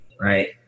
right